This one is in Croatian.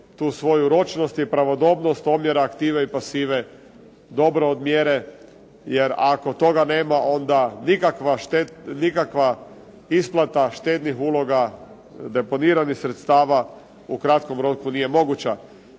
tu svoju ročnost i pravodobnost omjera aktive i pasive dobro odmjere, jer ako toga nema onda nikakva isplata štednih uloga deponiranih sredstava u kratkom roku nije moguća.